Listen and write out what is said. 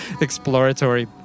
exploratory